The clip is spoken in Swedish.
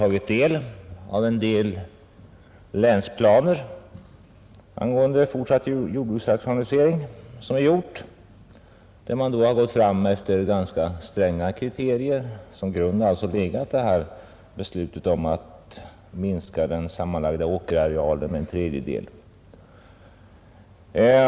Jag har studerat en del länsplaner angående den fortsatta jordbruksrationaliseringen, och där har man gått fram efter stränga kriterier, till grund för vilka har legat beslutet att minska den sammanlagda åkerarealen med en tredjedel.